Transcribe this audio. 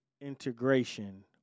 integration